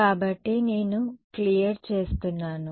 కాబట్టి నేను క్లియర్ చేస్తున్నాను